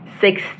six